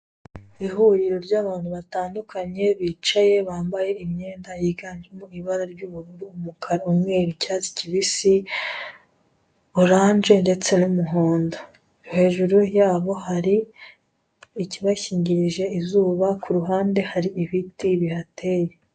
Ihuriro ry'abantu batandukanye, bicaye, bambaye imyenda yiganjemo ibara ry'ubururu, umukara, umweru, icyatsi kibisi, oranje ndetse n'umuhondo. Hejuru yabo hari ikibakingirije izuba, ku ruhande hari ibiti bihateye.